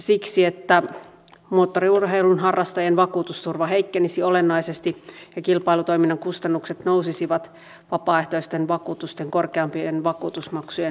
ilman sitä moottoriurheilun harrastajien vakuutusturva heikkenisi olennaisesti ja kilpailutoiminnan kustannukset nousisivat vapaaehtoisten vakuutusten korkeampien vakuutusmaksujen myötä